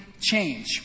change